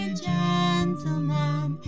gentleman